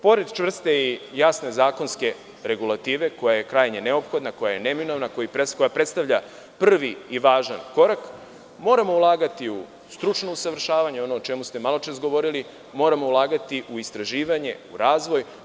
Pored čvrste i jasne zakonske regulative koja je krajnje neophodna, koja je neminovna, koja predstavlja prvi i važan korak, moramo ulagati u stručno usavršavanje, to je ono o čemu ste maločas govorili, moramo ulagati u istraživanje, u razvoj.